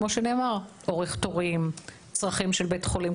כמו שנאמר: אורך תורים, צרכים של בית החולים.